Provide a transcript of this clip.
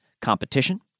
competition